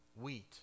wheat